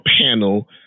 panel